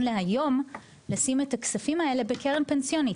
להיום לשים את הכספים האלה בקרן פנסיונית.